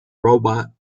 robot